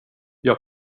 jag